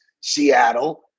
Seattle